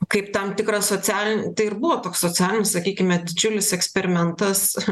kaip tam tikrą sociali tai ir buvo toks socialinis sakykime didžiulis eksperimentas